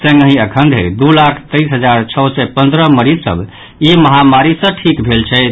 संगहि अखन धरि दू लाख तेइस हजार छओ सय पंद्रह मरीज सभ ई महामारी सँ ठीक भेल छथि